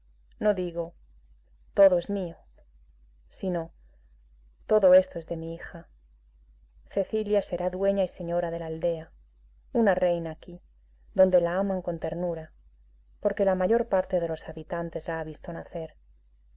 no digo todo es mío sino todo esto es de mi hija cecilia será dueña y señora de la aldea una reina aquí donde la aman con ternura porque la mayor parte de los habitantes la ha visto nacer